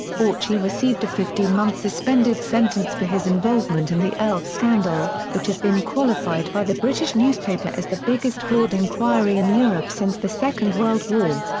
auchi received a fifteen month suspended sentence for his involvement in the elf scandal, which has been qualified by the british newspaper as the biggest fraud inquiry in europe since the second world war.